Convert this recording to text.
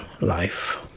life